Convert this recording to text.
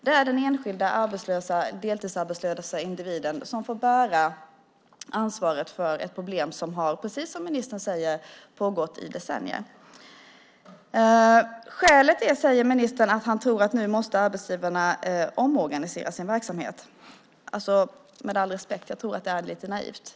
Det är den enskilda deltidsarbetslösa individen som får bära ansvaret för ett problem som har, precis som ministern säger, pågått i decennier. Ministern säger att arbetsgivarna nu måste omorganisera sin verksamhet. Med all respekt för honom tror jag att det är lite naivt.